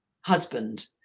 husband